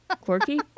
Quirky